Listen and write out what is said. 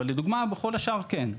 אבל לדוגמה בכל השאר כן.